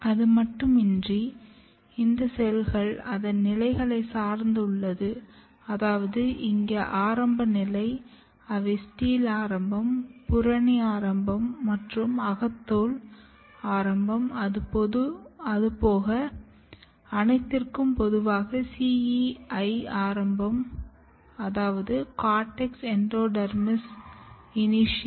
அதுமட்டுமின்றி இந்த செல்கள் அதன் நிலைகளை சார்ந்துள்ளது அதாவது இங்கு ஆரம்ப நிலை அவை ஸ்டீல் ஆரம்பம் புறணி ஆரம்பம் மற்றும் அகத்தோல் ஆரம்பம் அது போக அனைத்திற்கும் பொதுவாக CEI ஆரம்பம் உள்ளது அதாவது கோர்டெக்ஸ் எண்டோடெர்மிஸ் இனிஷியல்